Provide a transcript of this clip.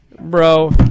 Bro